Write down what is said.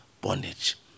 bondage